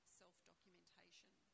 self-documentation